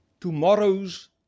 Tomorrow's